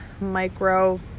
micro